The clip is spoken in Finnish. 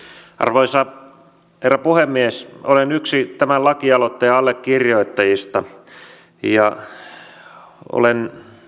arvoisa herra puhemies olen yksi tämän lakialoitteen allekirjoittajista ja olen